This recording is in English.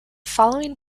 following